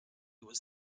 was